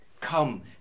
come